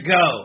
go